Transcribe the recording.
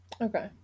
Okay